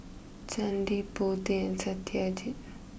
Chandi Potti and Satyajit